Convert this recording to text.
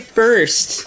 first